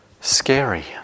scary